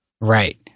right